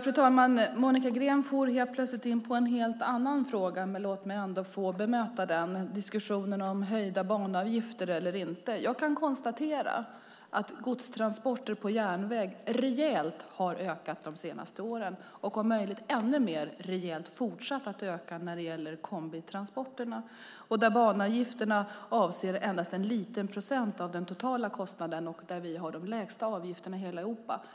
Fru talman! Monica Green kom plötsligt in på en helt annan fråga. Låt mig därför bemöta den. Det gäller höjda banavgifter eller inte. Jag kan konstatera att godstransporterna på järnväg ökat rejält de senaste åren, och de har ökat om möjligt ännu mer rejält vad gäller kombitransporterna. Banavgifterna avser endast en liten procent av den totala kostnaden. Vi har de lägsta avgifterna i hela